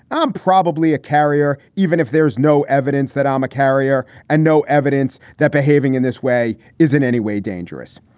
i'm probably a carrier, even if there is no evidence that i'm um a carrier and no evidence that behaving in this way is in any way dangerous,